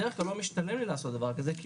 בדרך כלל לא משתלם לי לעשות דבר כזה כי